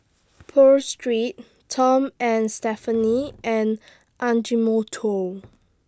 Pho Street Tom and Stephanie and Ajinomoto